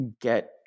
get